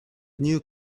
new